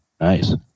Nice